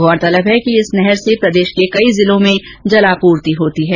गौरतलब है कि इस नहर से प्रदेश के कई जिलों में जलापूर्ति होती है